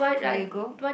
there you go